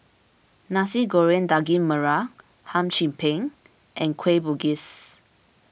Nasi Goreng Daging Merah Hum Chim Peng and Kueh Bugis